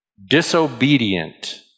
Disobedient